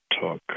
talk